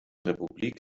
republik